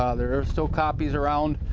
ah there are still copies around.